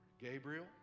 Gabriel